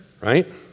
Right